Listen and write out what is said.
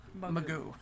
Magoo